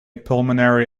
pulmonary